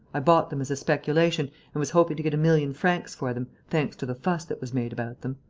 i bought them as a speculation and was hoping to get a million francs for them, thanks to the fuss that was made about them.